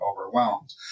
overwhelmed